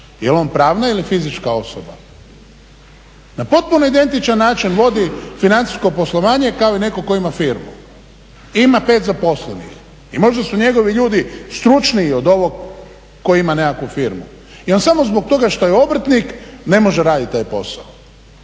Jel' on pravna ili fizička osoba? Na potpuno identičan način vodi financijsko poslovanje kao i netko tko ima firmu i ima pet zaposlenih. I možda su njegovi ljudi stručniji od ovog koji ima nekakvu firmu. I on samo zbog toga što je obrtnik ne može raditi taj posao.